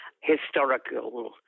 historical